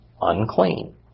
unclean